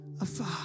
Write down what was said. afire